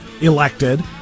elected